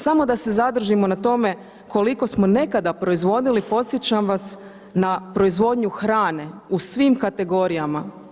Samo da se zadržimo na tome koliko smo nekada proizvodili, podsjećam vas na proizvodnju hrane u svim kategorijama.